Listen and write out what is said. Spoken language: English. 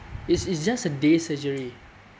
it's it's just a day surgery